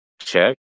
check